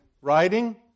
writing